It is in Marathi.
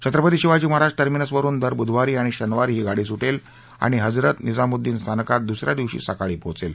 छत्रपती शिवाजी महाराज टर्मिनसवरुन दर बुधवारी आणि शनिवारी ही गाडी सुटेल आणि हजरत निझामुद्विन स्थानकात दुसऱ्या दिवशी सकाळी पोहोचेल